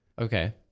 okay